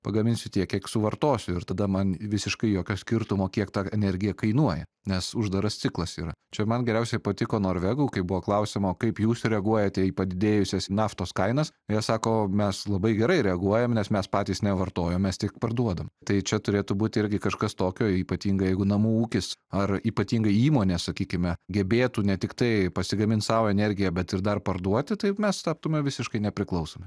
pagaminsiu tiek kiek suvartosiu ir tada man visiškai jokio skirtumo kiek ta energija kainuoja nes uždaras ciklas yra čia man geriausiai patiko norvegų kai buvo klausiama o kaip jūs reaguojate į padidėjusias naftos kainas jie sako mes labai gerai reaguojam nes mes patys nevartojam mes tik parduodam tai čia turėtų būt irgi kažkas tokio ypatingai jeigu namų ūkis ar ypatingai įmonės sakykime gebėtų ne tiktai pasigamint sau energiją bet ir dar parduoti tai mes taptume visiškai nepriklausomi